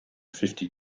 fifty